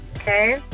Okay